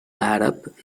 àrab